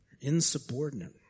insubordinate